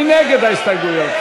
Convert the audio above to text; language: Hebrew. מי נגד ההסתייגויות?